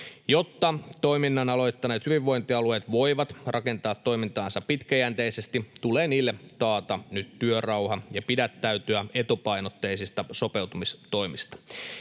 Jotta toiminnan aloittaneet hyvinvointialueet voivat rakentaa toimintaansa pitkäjänteisesti, tulee niille taata nyt työrauha ja pidättäytyä etupainotteisista sopeutumistoimista.